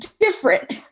different